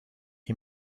you